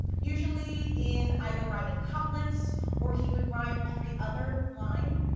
usually in either rhyming couplets or he would rhyme every other line.